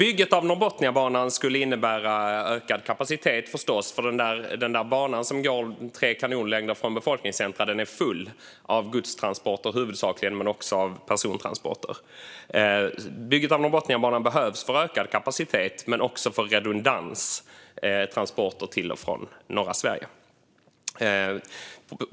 Bygget av Norrbotniabanan skulle förstås innebära en ökad kapacitet, för den bana som nu går tre kanonlängder från befolkningscentrumen är full av huvudsakligen godstransporter men också persontransporter. Norrbotniabanan behöver byggas för ökad kapacitet men också för redundans för transporter till och från norra Sverige.